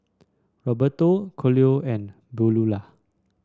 Rigoberto Colie and Beaulah